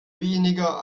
weniger